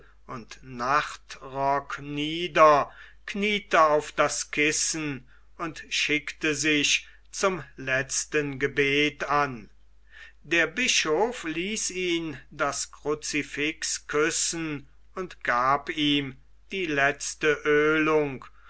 und nachtrock nieder kniete auf das kissen und schickte sich zum letzten gebet an der bischof ließ ihn das crucifix küssen und gab ihm die letzte oelung